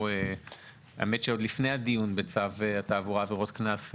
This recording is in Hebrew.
עוד לפני הדיון בצו התעבורה עבירות קנס,